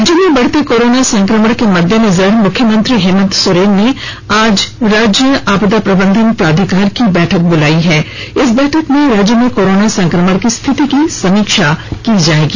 राज्य में बढ़ते कोरोना संक्रमण के मददेनजर मुख्यमंत्री हेमंत सोरेन ने आज राज्य आपदा प्रबंधन प्राधिकार की बैठक बुलाई है इस बैठक में राज्य में कोरोना संक्रमण की स्थिति की समीक्षा की जाएगी